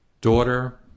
daughter